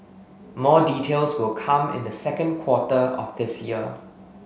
more details will come in the second quarter of this year